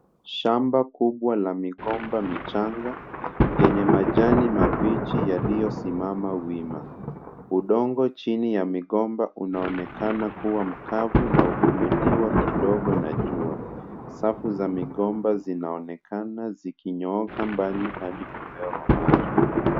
Shamba kubwa la migomba michanga lenye majani mabichi yaliyosimama wima. Udongo chini ya migomba unaonekana kubwa mkavu na umeliwa kidogo na jua. Safu za migomba zinaonekana zikinyooka mbali hadi kupewa maji.